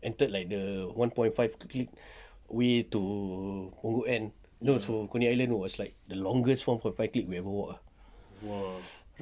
entered like the one point five click way to punggol end coney island was like the longest four point five click we ever walk ah